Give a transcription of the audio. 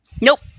Nope